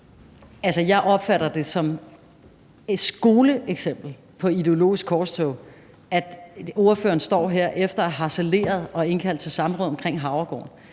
jeg opfatter det som et skoleeksempel på ideologisk korstog, at ordføreren står her efter at have harceleret og indkaldt til samråd omkring Havregården,